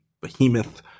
Behemoth